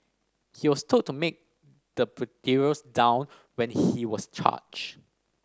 he was told to make the down when he was charged